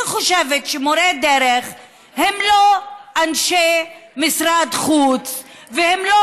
אני חושבת שמורי דרך הם לא אנשי משרד חוץ והם לא